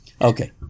okay